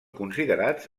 considerats